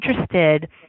interested